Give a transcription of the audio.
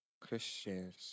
Christians